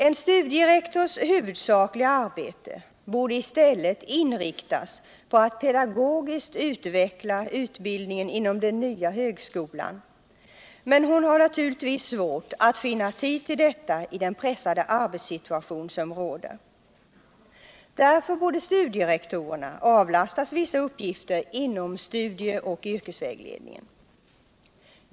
En studierektors huvudsakliga arbete borde i stället inriktas på att pedagogiskt utveckla utbildningen inom den nya högskolan. Men det är naturligtvis svårt att finna tid till detta i den pressade arbetssituation som råder. Därför borde studierektorerna avlastas vissa uppgifter inom studie och yrkesvägledningen.